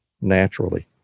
naturally